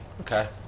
Okay